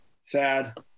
sad